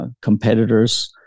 competitors